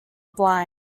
blind